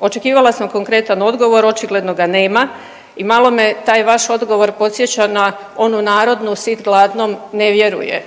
Očekivala sam konkretan odgovor, očigledno ga nema i malo me taj vaš odgovor podsjeća na onu narodnu sit gladnom ne vjeruje.